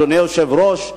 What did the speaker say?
אדוני היושב-ראש,